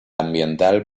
ambiental